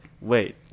wait